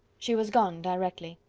she was gone directly.